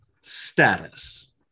status